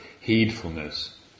heedfulness